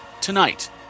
tonight